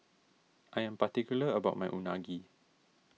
I am particular about my Unagi